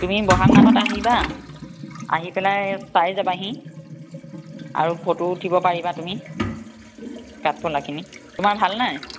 তুমি বহাগমানত আহিবা আহি পেলাই চাই যাবাহি আৰু ফটো উঠিব পাৰিবা তুমি কাঠফুলাখিনি তোমাৰ ভাল নাই